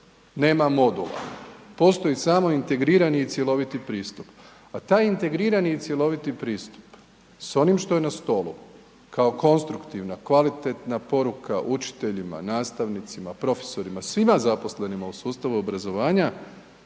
nema modula, postoji samo integrirani i cjeloviti pristup, a taj integrirani i cjeloviti pristup s onim što je na stolu, kao konstruktivna, kvalitetna poruka učiteljima, nastavnicima, profesorima, svima zaposlenima u sustavu obrazovanja